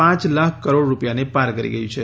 પાંચ લાખ કરોડ રૂપિયાને પાર કરી ગઈ છે